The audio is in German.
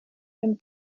ein